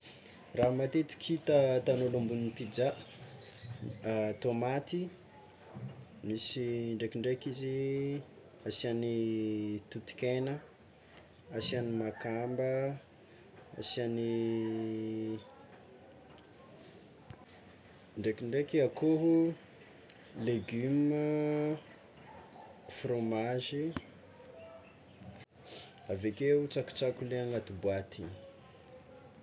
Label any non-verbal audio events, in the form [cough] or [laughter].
Raha matetiky hita ataon'olo ambonin'ny pizza: tômaty misy ndraikindraiky izy asiany totokona, asiany makamba, asiany, [hesitation] ndraikindraiky akoho, legioma, fromagy, avekeo tsakotsako le agnaty boaty igny.